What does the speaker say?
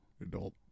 adult